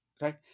right